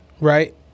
right